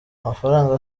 amafaranga